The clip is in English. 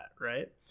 right